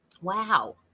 Wow